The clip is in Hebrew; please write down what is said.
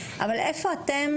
אבל איפה אתם,